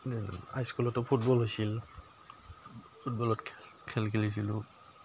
হাইস্কুলতো football হৈছিল ফুটবলত খেল খেলিছিলোঁ